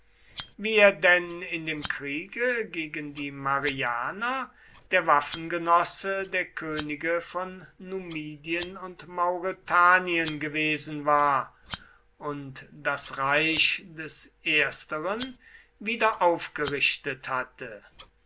wie er denn in dem kriege gegen die marianer der waffengenosse der könige von numidien und mauretanien gewesen war und das reich des ersteren wiederaufgerichtet hatte